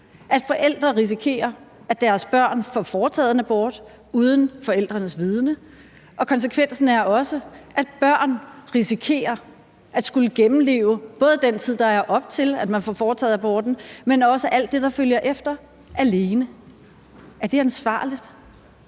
at forældre risikerer, at deres børn får foretaget en abort uden forældrenes vidende. Og konsekvensen er også, at børn risikerer at skulle gennemleve både den tid, der er, op til man får foretaget aborten, men også alt det, der følger efter, alene. Er det ansvarligt?